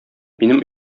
минем